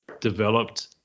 developed